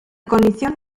condición